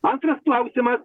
antras klausimas